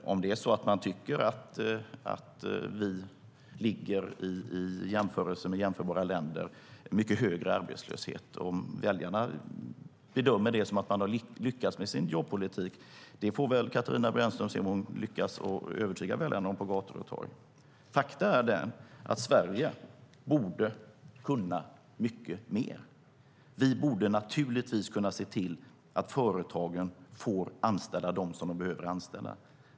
Att det skulle vara bevis på en lyckad jobbpolitik att vi har mycket högre arbetslöshet än jämförbara länder får vi väl se om Katarina Brännström lyckas övertyga väljare på gator och torg om. Faktum är att Sverige borde kunna mycket mer. Vi borde naturligtvis kunna se till att företagen får anställa dem som de behöver anställa.